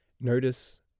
Notice